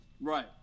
Right